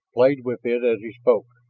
played with it as he spoke